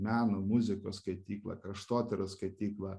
meno muzikos skaityklą kraštotyros skaityklą